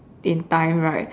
in time right